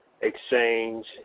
exchange